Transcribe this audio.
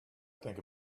think